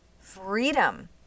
freedom